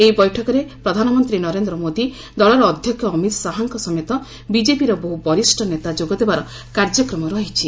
ଏହି ବୈଠକରେ ପ୍ରଧାନମନ୍ତ୍ରୀ ନରେନ୍ଦ୍ର ମୋଦି ଦଳର ଅଧ୍ୟକ୍ଷ ଅମିତ୍ ଶାହାଙ୍କ ସମେତ ବିକେପିର ବହ୍ର ବରିଷ୍ଠ ନେତା ଯୋଗ ଦେବାର କାର୍ଯ୍ୟକ୍ରମ ରହିଛି